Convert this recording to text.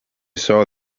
saw